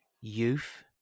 youth